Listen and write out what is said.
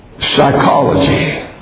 psychology